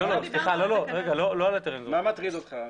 שי, מה מטריד אותך?